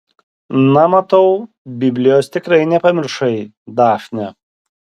na matau biblijos tikrai nepamiršai dafne